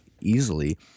easily